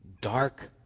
dark